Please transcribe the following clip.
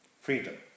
freedom